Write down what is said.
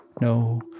no